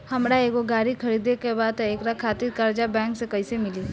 हमरा एगो गाड़ी खरीदे के बा त एकरा खातिर कर्जा बैंक से कईसे मिली?